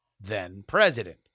then-president